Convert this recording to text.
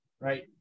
right